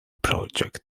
project